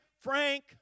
Frank